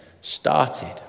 started